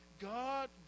God